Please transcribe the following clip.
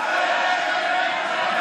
לך.